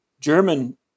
German